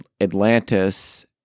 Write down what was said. Atlantis